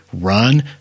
Run